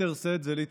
מרפא ומורה.